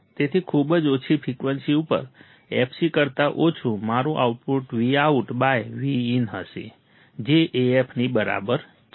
તેથી ખૂબ જ ઓછી ફ્રિકવન્સી ઉપર fc કરતા ઓછું મારું આઉટપુટ Vout બાય Vin હશે જે AF ની બરાબર છે